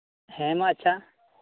ᱦᱮᱸ ᱢᱟ ᱟᱪᱪᱷᱟ